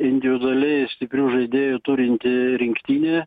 individualiai stiprių žaidėjų turinti rinktinė